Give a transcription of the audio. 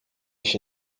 się